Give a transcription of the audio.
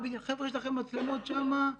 יש לכם שם מצלמות 7/24,